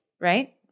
right